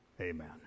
amen